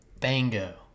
Bingo